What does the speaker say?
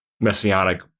messianic